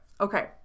Okay